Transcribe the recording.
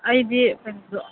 ꯑꯩꯗꯤ ꯀꯩꯅꯣꯗꯨ